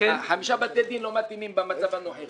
חמישה בתי דין לא מתאימים במצב הנוכחי.